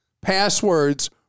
passwords